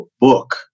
book